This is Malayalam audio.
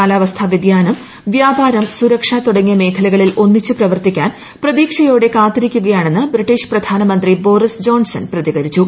കാലാവസ്ഥാവൃതിയാനം വ്യാപാരം സുരക്ഷ തുടങ്ങിയ മേഖല്കളിൽ ഒന്നിച്ച് പ്രവർത്തിക്കാൻ പ്രതീക്ഷയോടെ കാത്തിരിക്കുകയാണെന്ന് ബ്രിട്ടീഷ് പ്രധാനമന്ത്രി ബോറിസ് ജോൺസൺ പ്രതികരിച്ചു